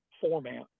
format